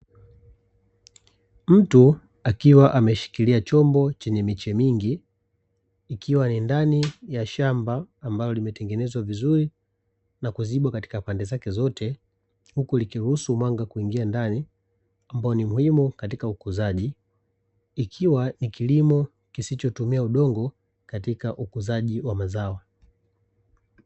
Mtu akiwa ameshikilia chombo chenye miche mingi, ikiwa ni ndani ya shamba ambalo lililotengenezwa vizuri na kuzibwa katika pande zake zote, huku likiruhusu mwanga kuingia ndani ambao ni muhimu katika ukuzaji ikiwa ni kilimio kisichotumia udongo katika ukuzaji.